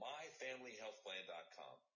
MyFamilyHealthPlan.com